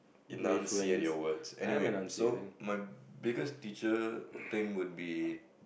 enunciate your words anyway so my biggest teacher thing would be